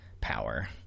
power